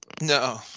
No